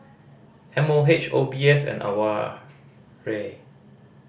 M O H O B S and AWARE